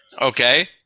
Okay